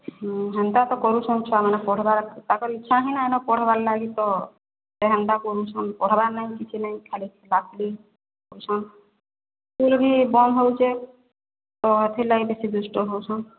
ହୁଁ ହେନ୍ତା ତ କରୁଛନ୍ ଛୁଆମାନେ ପଢ଼ବାର୍ ତାଙ୍କର ଇଚ୍ଛା ହିଁ ନାଇଁନ ପଢ଼ବାର୍ ଲାଗି ତ ହେନ୍ତା କରୁଛନ୍ ପଢ଼ୁଛନ୍ ପଡ଼ବାର୍ ନାଇଁ କିଛି ନାଇଁ ଖାଲି ଖେଲାଖେଲି କରୁଛନ୍ ସ୍କୁଲ୍ ବି ବନ୍ଦ ହେଉଛେ ତ ସେଥିଲାଗି ବେଶୀ ଦୁଷ୍ଟ ହେଉଛନ୍